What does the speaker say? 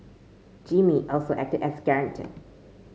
Jimmy also acted as guarantor